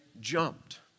jumped